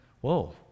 Whoa